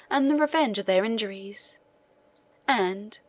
and the revenge of their injuries and,